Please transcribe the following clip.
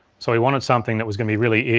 so we wanted something that was gonna be really,